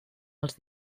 els